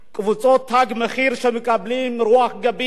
קבוצות "תג מחיר", שמקבלות רוח גבית